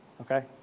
okay